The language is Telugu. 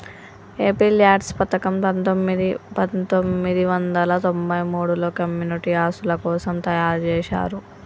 ఎంపీల్యాడ్స్ పథకం పందొమ్మిది వందల తొంబై మూడులో కమ్యూనిటీ ఆస్తుల కోసం తయ్యారుజేశారు